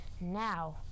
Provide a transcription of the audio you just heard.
Now